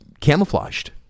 camouflaged